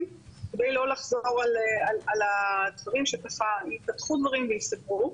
כדי לא לחזור על הדברים שככה יפתחו דברים וייסגרו.